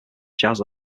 jazz